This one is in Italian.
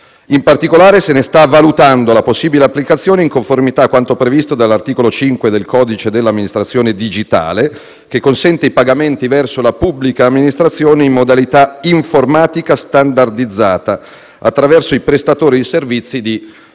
In particolare se ne sta valutando la possibile applicazione in conformità a quanto previsto dall'articolo 5 del codice dell'amministrazione digitale, che consente i pagamenti verso la pubblica amministrazione in modalità informatica standardizzata, attraverso i prestatori di servizi di